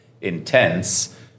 intense